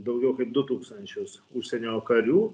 daugiau kaip du tūkstančius užsienio karių